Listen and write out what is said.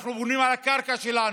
אנחנו בונים על הקרקע שלנו.